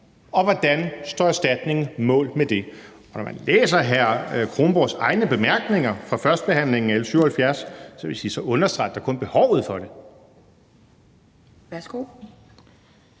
og hvordan erstatningen står mål med det. Når man læser hr. Anders Kronborgs egne bemærkninger fra førstebehandlingen af L 77, vil jeg sige, at så understreger det da kun behovet for det. Kl.